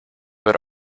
but